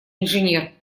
инженер